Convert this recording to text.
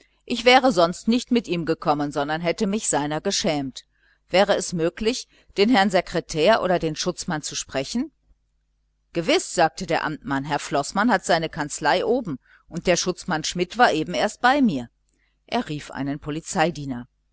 ich wäre sonst nicht mit ihm gekommen sondern hätte mich seiner geschämt wäre es nicht möglich den herrn sekretär oder den schutzmann zu sprechen gewiß sagte der amtmann herr sekretär hat seine kanzlei oben und der schutzmann schmidt war eben erst bei mir er rief einen polizeidiener